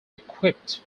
equipped